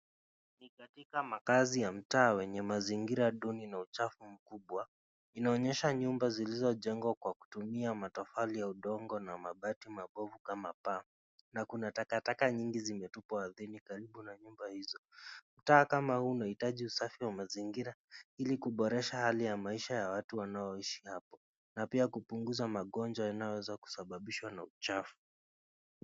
Ni katika mtaa wenye mazingira duni na uchafu mkubwa, inaonyesha nyumba zilizojengwa kwa kutumia matofali ya udongo na mabati mabovu kama paa na kuna takataka nyingi zimetupwa ardhini karibu na nyumba hizo. Mtaa kama huu unahitaji usafi wa mazingira ili kuboresha hali ya maisha ya watu wanaoishi hapo na pia kupunguza magonjwa yanayoweza kusabababishwa na uchafu.